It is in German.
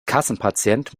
kassenpatient